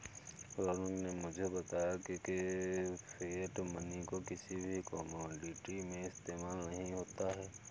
रौनक ने मुझे बताया की फिएट मनी को किसी भी कोमोडिटी में इस्तेमाल नहीं होता है